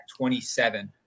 27